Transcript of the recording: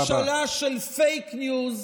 ממשלה של פייק ניוז,